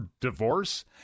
divorce